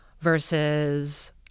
versus